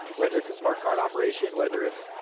whether it's a smart card operation. whether it's,